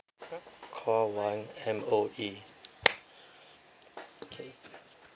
call one M_O_E